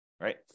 Right